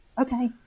Okay